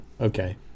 okay